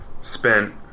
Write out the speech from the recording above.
spent